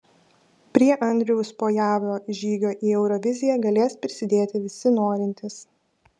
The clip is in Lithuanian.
prie andriaus pojavio žygio į euroviziją galės prisidėti visi norintys